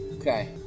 Okay